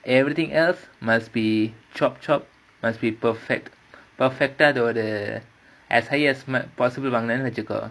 everything else must be chop chop must be perfect perfect at all the as highest might possible வாங்குனனு வச்சிக்கோ:vaangunanu vachikko